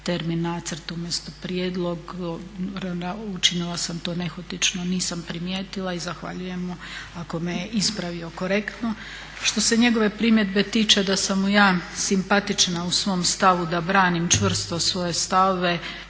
termin nacrt, umjesto prijedlog, učinila sam to nehotično nisam primijetila i zahvaljujem mu ako me je ispravio korektno. Što se njegove primjedbe tiče da sam mu ja simpatična u svom stavu da branim čvrsto svoje stavove